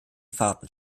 fahrten